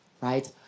right